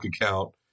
account